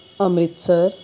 Amritsar